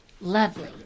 Lovely